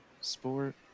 sport